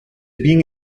being